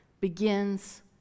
begins